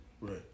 Right